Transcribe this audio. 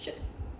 shit